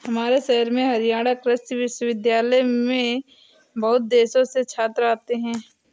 हमारे शहर में हरियाणा कृषि विश्वविद्यालय में बहुत देशों से छात्र आते हैं